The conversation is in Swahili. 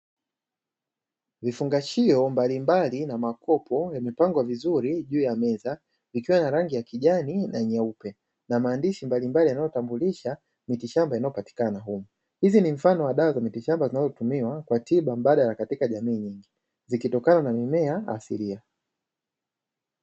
Vifungashio mbalimbali na makopo yamepangwa vizuri juu ya meza, ikiwa na rangi ya kijani na nyeupe na maandishi mbalimbali yanayotambulisha mitishamba inayopatikana humo. Hizi ni mfano wa dawa za mitishamba zinazotumiwa kwa tiba mbadala katika jamii nyingi zikitokana na mimea asilia.